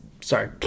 Sorry